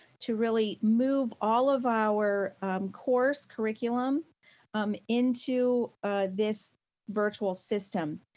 to really move all of our course, curriculum into this virtual system.